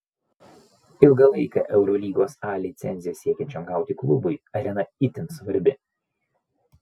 ilgalaikę eurolygos a licenciją siekiančiam gauti klubui arena itin svarbi